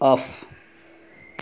off